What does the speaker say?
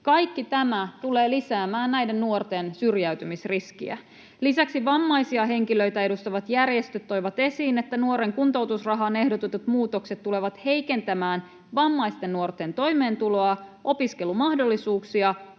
Kaikki tämä tulee lisäämään näiden nuorten syrjäytymisriskiä. Lisäksi vammaisia henkilöitä edustavat järjestöt toivat esiin, että nuoren kuntoutusrahaan ehdotetut muutokset tulevat heikentämään vammaisten nuorten toimeentuloa, opiskelumahdollisuuksia,